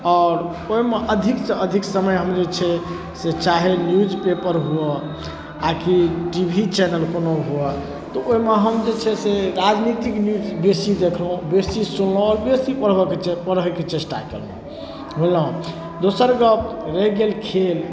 आओर ओहिमे अधिकसँ अधिक समय हम जे छै से चाहे न्यूज पेपर हुअ आ कि टी वी चैनल कोनो हुअ तऽ ओहिमे हम जे छै से राजनीतिक न्यूज बेसी देखलहुँ बेसी सुनलहुँ आओर पढ़ बेसी पढ़ैके चेष्टा कयलहुँ बुझलहुँ दोसर गप रहि गेल खेल